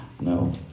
No